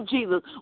Jesus